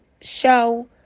show